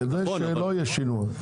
כדי שלא יהיה שינוע.